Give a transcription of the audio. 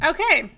Okay